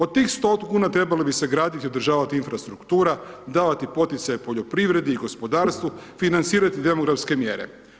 Od tih 100 kuna trebali bi sagraditi i održavati infrastruktura, davati poticaj poljoprivredi i gospodarstvu, financirati demografske mjere.